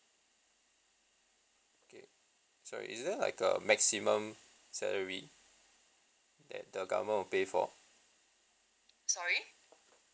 okay sorry is there like a maximum salary that the government will pay for